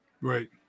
Right